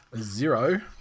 zero